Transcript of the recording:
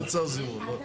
לא צריך זימון, לא.